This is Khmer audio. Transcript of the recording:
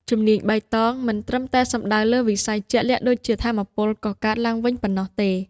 ជំនាញបៃតងមិនត្រឹមតែសំដៅលើវិស័យជាក់លាក់ដូចជាថាមពលកកើតឡើងវិញប៉ុណ្ណោះទេ។